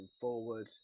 forward